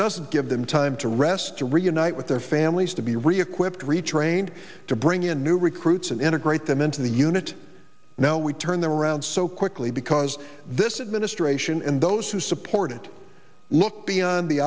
doesn't give them time to rest to reunite with their families to be reequipped retrained to bring in new recruits and integrate them into the unit now we turn them around so quickly because this is ministration and those who support it look beyond the